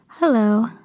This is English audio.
Hello